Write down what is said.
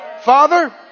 Father